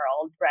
world